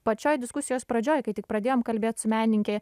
pačioj diskusijos pradžioj kai tik pradėjom kalbėt su menininke